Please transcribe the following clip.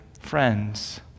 friends